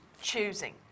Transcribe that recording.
Choosing